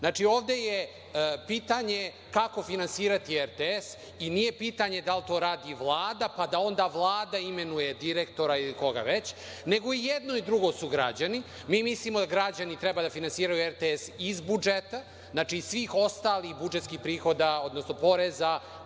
ovde je pitanje kako finansirati RTS i nije pitanje da li to radi Vlada, pa da onda Vlada imenuje direktora ili koga već, nego i jedno i drugo su građani. Mi mislimo da građani treba da finansiraju RTS iz budžeta, znači, iz svih ostalih budžetskih prihoda, odnosno poreza